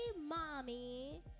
Mommy